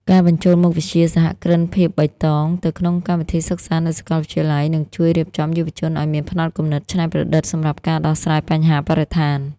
ការបញ្ចូលមុខវិជ្ជា "សហគ្រិនភាពបៃតង" ទៅក្នុងកម្មវិធីសិក្សានៅសកលវិទ្យាល័យ នឹងជួយរៀបចំយុវជនឱ្យមានផ្នត់គំនិតច្នៃប្រឌិតសម្រាប់ការដោះស្រាយបញ្ហាបរិស្ថាន។